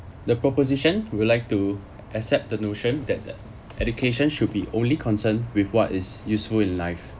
the proposition we like to accept the notion that the education should be only concerned with what is useful in life